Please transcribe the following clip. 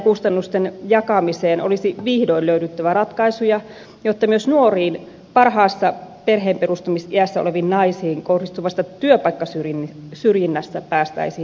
työnantajakustannusten jakamiseen olisi vihdoin löydyttävä ratkaisuja jotta myös nuoriin parhaassa perheenperustamisiässä oleviin naisiin kohdistuvasta työpaikkasyrjinnästä päästäisiin eroon